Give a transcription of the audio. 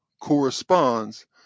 corresponds